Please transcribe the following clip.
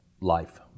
life